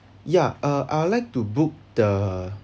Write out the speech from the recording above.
ya uh I'd like to book the